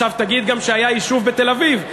עכשיו תגיד גם שהיה יישוב בתל-אביב,